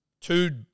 two